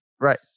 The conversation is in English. Right